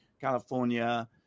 California